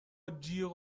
جیغ